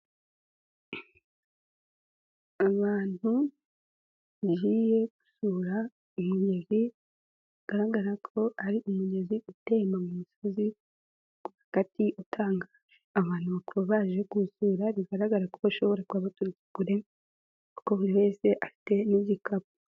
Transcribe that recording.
Abantu bagiye gusura umugezi bigaragara ko ari umugezi utemba mu misozi rwagati utangaje, abantu bakaba baje kuwusura bigaragara ko bashobora kuba baturutse kure kuko buri wese afite n'igikapu.